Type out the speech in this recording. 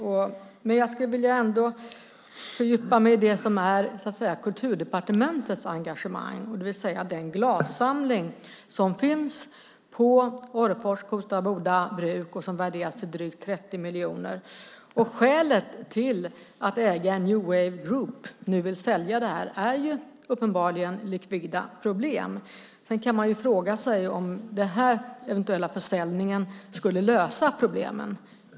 Men jag skulle ändå vilja fördjupa mig i det som är Kulturdepartementets engagemang, det vill säga den glassamling som finns på Orrefors Kosta Boda bruk och som värderas till drygt 30 miljoner. Skälet till att ägaren New Wave Group nu vill sälja är uppenbarligen likvida problem. Sedan kan man fråga sig om den här eventuella försäljningen skulle lösa problemen.